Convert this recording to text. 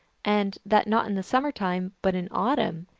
and that not in the summer time, but in autumn,